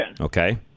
Okay